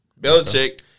Belichick